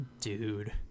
Dude